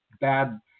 bad